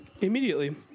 immediately